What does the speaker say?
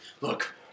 Look